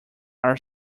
are